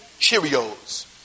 Cheerios